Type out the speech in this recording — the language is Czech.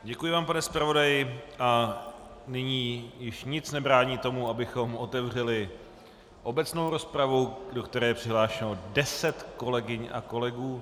Děkuji vám, pane zpravodaji, a nyní již nic nebrání tomu, abychom otevřeli obecnou rozpravu, do které je přihlášeno deset kolegyň a kolegů.